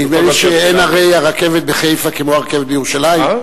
נדמה לי שאין הרי הרכבת בחיפה כהרי הרכבת בירושלים.